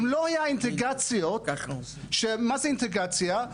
מה זה אינטגרציה?